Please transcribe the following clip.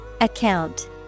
Account